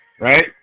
Right